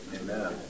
Amen